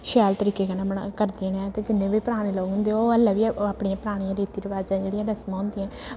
शैल तरीकै कन्नै मनाऽ करदे न ते जिन्ने बी पराने लोक होंदे ओह् हल्लै भी ओह् अपनियां परानियां रीति रवाजां जेह्ड़ियां रसमां होंदियां